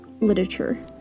literature